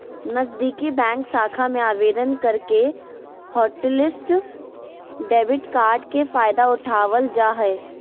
नजीदीकि बैंक शाखा में आवेदन करके हॉटलिस्ट डेबिट कार्ड के फायदा उठाबल जा हय